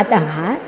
अतः